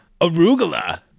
Arugula